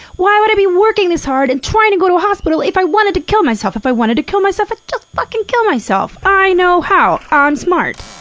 why would i be working this hard and trying to go to hospital if i wanted to kill myself? if i wanted to kill myself, i'd just fuckin' kill myself! i know how! i'm smart!